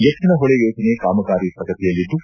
ಎತ್ತಿನಹೊಳೆ ಯೋಜನೆ ಕಾಮಗಾರಿ ಪ್ರಗತಿಯಲ್ಲಿದ್ದು